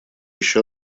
еще